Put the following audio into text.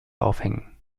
aufhängen